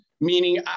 Meaning